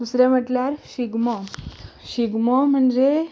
दुसरे म्हणटल्यार शिगमो शिगमो म्हणजे